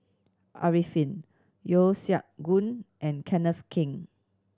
Arifin Yeo Siak Goon and Kenneth Keng